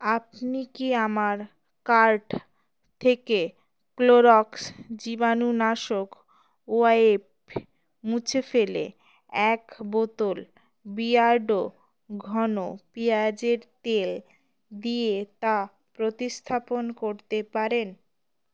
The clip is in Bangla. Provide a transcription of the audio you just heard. আপনি কি আমার কার্ট থেকে ক্লোরক্স জীবাণুনাশক ওয়াইপ মুছে ফেলে এক বোতল বিয়ার্ডো ঘন পেঁয়াজের তেল দিয়ে তা প্রতিস্থাপন করতে পারেন